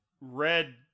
red